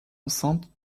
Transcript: enceinte